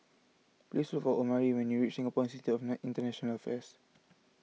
please look for Omari when you reach Singapore Institute of International Affairs